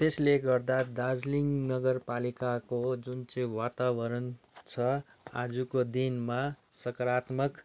त्यसले गर्दा दार्जिलिङ नगरपालिकाको जुन चाहिँ वातावरण छ आजको दिनमा सकारात्मक